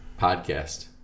Podcast